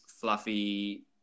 fluffy